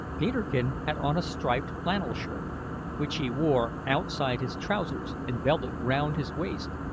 peterkin had on a striped flannel shirt which he wore outside his trousers and belted round his waist,